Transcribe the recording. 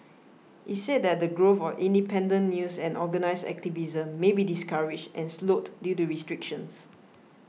it said that the growth for independent news and organised activism may be discouraged and slowed due to restrictions